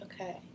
Okay